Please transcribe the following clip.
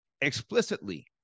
Explicitly